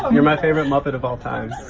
um you're my favorite muppet of all time